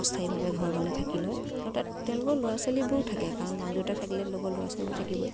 অস্থায়ীভাৱে ঘৰ বনাই থাকি লয় আৰু তাত তেওঁলোকৰ ল'ৰা ছোৱালীবোৰ থাকে মাক দেউতাক থাকিলে লগত ল'ৰা ছোৱালীবোৰ থাকিবয়েই